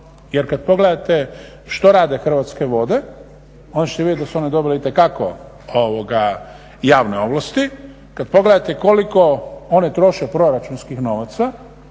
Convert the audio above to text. jer kad pogledate što rade Hrvatske vode onda ćete vidjeti da su one dobile itekako javne ovlasti. Kada pogledate koliko one troše proračunskih novaca